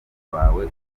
bawe